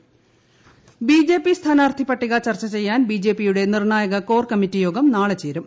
BJP BJP സ്ഥാനാർത്ഥി പട്ടിക ചർച്ച ചെയ്യാൻ ബിജെപിയുടെ നിർണ്ണായക കോർ കമ്മിറ്റിയോഗം നാളെ ചേരും